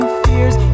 fears